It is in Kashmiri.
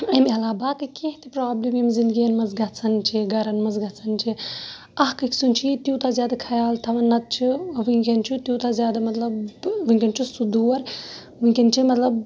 امہِ عَلاوٕ باقٕے کینٛہہ تہِ پرابلِم یِم زِندگِیَن مَنٛز گَژھان چھِ گَرَن مَنٛز گَژھان چھِ اکھ أکۍ سُنٛد چھِ ییٚتہِ تیوٗتاہ زیادٕ خَیال تھاوان نَتہٕ چھُ وٕنکٮ۪ن چھُ تیوٗتاہ زیادٕ مَطلَب وِٕنکٮ۪ن چھُ سُہ دور وٕنکٮ۪ن چھِ مَطلَب